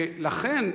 לכן,